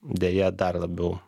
deja dar labiau